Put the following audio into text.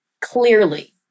clearly